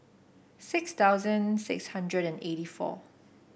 six thousand eight hundred and eighty four